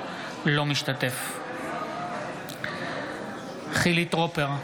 אינו משתתף בהצבעה חילי טרופר,